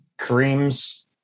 Kareem's